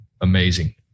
Amazing